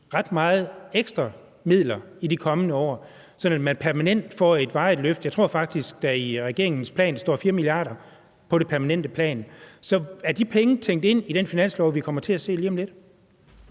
ret mange ekstra midler i de kommende år, sådan at man får et varigt løft. Jeg tror faktisk, at der i regeringens plan står 4 mia. kr. på det permanente plan. Så er de penge tænkt ind i det finanslovsforslag, vi kommer til at se lige om lidt?